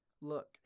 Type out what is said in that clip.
Look